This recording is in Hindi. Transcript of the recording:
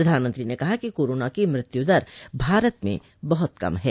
प्रधानमत्री ने कहा कि कोरोना की मृत्युदर भारत में बहुत कम है